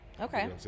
Okay